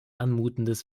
anmutendes